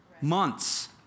months